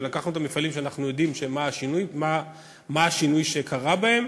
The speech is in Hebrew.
אבל לקחנו את המפעלים שאנחנו יודעים מה השינוי שקרה בהם,